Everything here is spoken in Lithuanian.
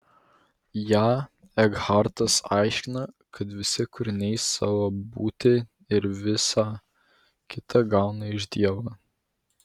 ją ekhartas aiškina kad visi kūriniai savo būtį ir visa kita gauna iš dievo